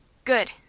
good!